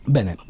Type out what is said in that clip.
Bene